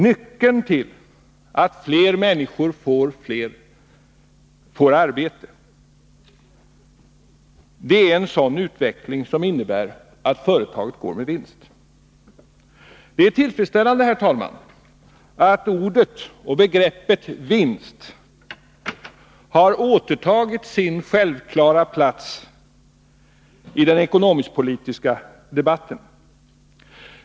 Nyckeln till att fler människor får arbete är en sådan utveckling som innebär att företagen går med vinst. Det är tillfredsställande, herr talman, att ordet och begreppet vinst har återtagit sin självklara plats i den ekonomiskpolitiska debatten.